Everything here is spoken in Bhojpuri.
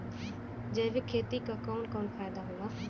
जैविक खेती क कवन कवन फायदा होला?